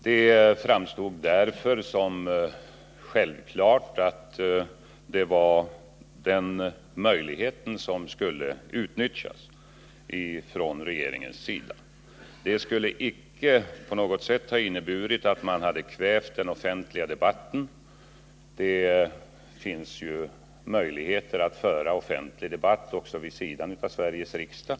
Det framstod därför som självklart för regeringen att det var denna möjlighet som skulle utnyttjas. Detta skulle icke på något sätt ha inneburit att man kvävt den offentliga debatten — det finns ju möjligheter att föra offentlig debatt också vid sidan av Sveriges riksdag.